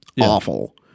awful